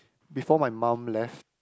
before my mum left